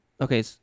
okay